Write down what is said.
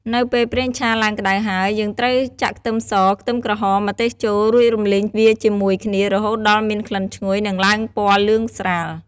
នៅពេលប្រេងឆាឡើងក្តៅហើយ យើងត្រូវចាក់ខ្ទឹមស ខ្ទឹមក្រហម ម្ទេសចូល រួចរំលីងវាជាមួយគ្នារហូតដល់មានក្លិនឈ្ងុយ និងឡើងពណ៌លឿងស្រាល។